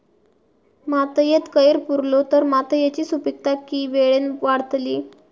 मातयेत कैर पुरलो तर मातयेची सुपीकता की वेळेन वाडतली?